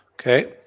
Okay